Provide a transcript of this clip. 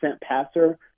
passer